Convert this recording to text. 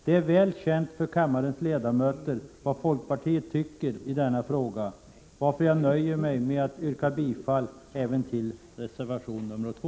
Vad folkpartiet tycker i denna fråga är väl känt för kammarens ledamöter varför jag nöjer mig med att yrka bifall även till reservation 2.